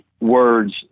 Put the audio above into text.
words